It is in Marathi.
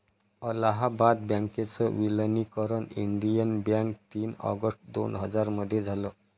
अलाहाबाद बँकेच विलनीकरण इंडियन बँक तीन ऑगस्ट दोन हजार मध्ये झालं